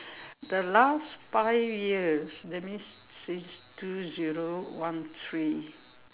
the last five years that means since two zero one three